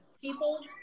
people